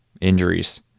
injuries